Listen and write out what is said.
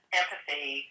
empathy